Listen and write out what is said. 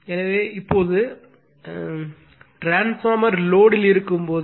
எனவே இப்போது அடுத்தது டிரான்ஸ்பார்மர் லோடு ல் இருக்கும் போது